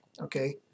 Okay